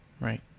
right